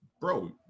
bro